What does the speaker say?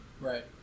Right